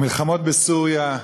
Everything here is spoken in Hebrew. המלחמות בסוריה,